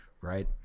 right